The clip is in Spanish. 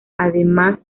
además